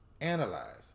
Analyze